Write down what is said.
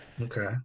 okay